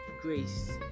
grace